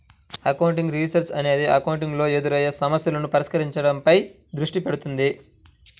accounting research అనేది accounting లో ఎదురయ్యే సమస్యలను పరిష్కరించడంపై దృష్టి పెడుతుంది